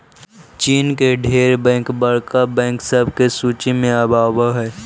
चीन के ढेर बैंक बड़का बैंक सब के सूची में आब हई